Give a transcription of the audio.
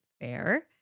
fair